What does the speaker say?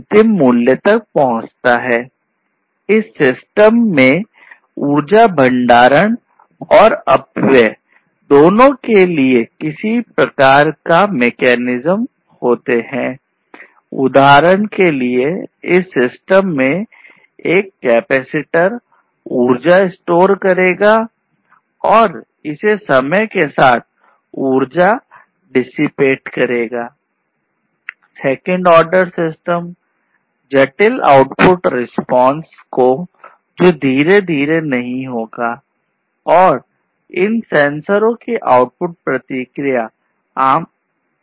second order system करेगी